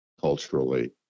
culturally